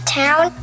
town